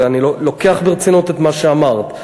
ואני לוקח ברצינות את מה שאמרת.